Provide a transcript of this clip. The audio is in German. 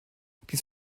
dies